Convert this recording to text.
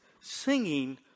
singing